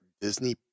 disney